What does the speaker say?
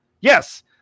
Yes